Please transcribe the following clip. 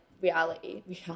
reality